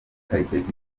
karekezi